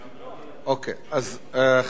אז חבר הכנסת דב חנין.